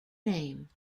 name